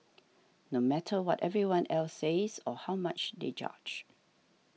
no matter what everyone else says or how much they judge